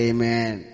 Amen